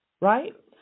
right